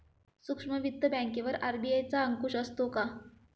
सूक्ष्म वित्त बँकेवर आर.बी.आय चा अंकुश असतो का?